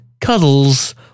cuddles